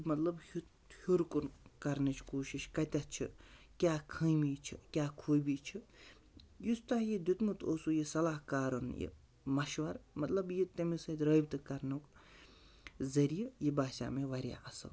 مطلب ہیٚور کُن کَرنٕچ کوٗشِش کَتٮ۪تھ چھِ کیٛاہ خٲمی چھِ کیٛاہ خوٗبی چھِ یُس تۄہہِ دیُٚتمُت اوسوٕ یہِ صلاح کارُن یہِ مَشوَر مطلب یہِ تٔمِس سۭتۍ رٲبطہٕ کَرنُک ذٔریعہِ یہِ باسیٛو مےٚ واریاہ اَصٕل